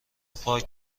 پاک